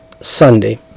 Sunday